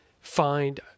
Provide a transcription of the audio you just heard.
find